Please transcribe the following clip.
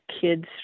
kids